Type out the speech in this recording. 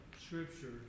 scripture